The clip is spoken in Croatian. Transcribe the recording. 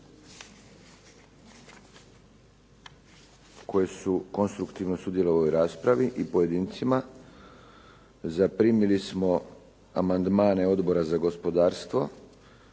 koji su konstruktivno sudjelovali u ovoj raspravi i pojedincima. Zaprimili smo amandmane Odbora za gospodarstvo